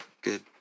Good